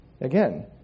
Again